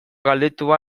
galdetu